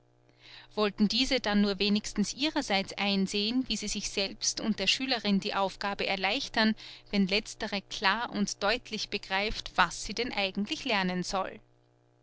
wollten diese dann nur wenigstens ihrerseits einsehen wie sie sich selbst und der schülerin die aufgabe erleichtern wenn letztere klar und deutlich begreift was sie denn eigentlich lernen soll